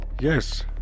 Yes